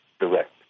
direct